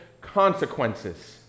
consequences